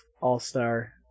all-star